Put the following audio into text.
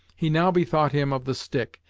he now bethought him of the stick,